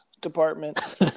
department